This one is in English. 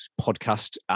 podcast